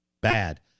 bad